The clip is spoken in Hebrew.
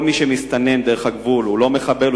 כל מי שמסתנן דרך הגבול הוא לא מחבל,